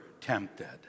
tempted